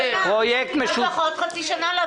לפחות לחצי שנה.